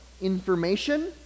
information